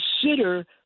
consider